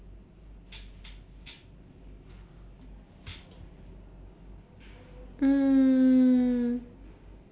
mm